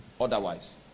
otherwise